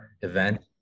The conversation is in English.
event